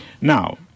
Now